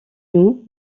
nous